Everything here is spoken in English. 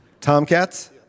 Tomcats